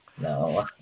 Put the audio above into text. No